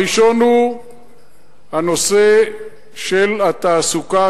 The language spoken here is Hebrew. הראשון הוא הנושא של התעסוקה,